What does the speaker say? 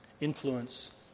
influence